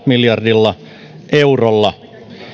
miljardilla eurolla